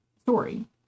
story